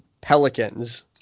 Pelicans